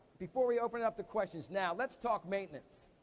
before we open up the questions, now, let's talk maintenance.